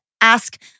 ask